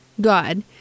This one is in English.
god